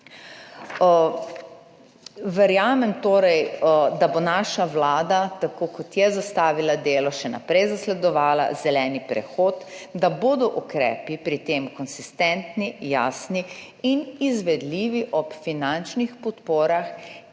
Verjamem torej, da bo naša vlada, tako kot je zastavila delo, še naprej zasledovala zeleni prehod, da bodo ukrepi pri tem konsistentni, jasni in izvedljivi ob finančnih podporah,